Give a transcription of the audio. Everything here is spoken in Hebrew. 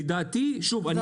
זו